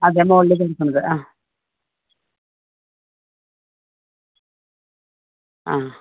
അതെ മുകളിലേക്ക് എടുക്കുന്നത് ആ ആ